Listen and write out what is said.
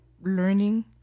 learning